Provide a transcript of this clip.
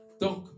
Donc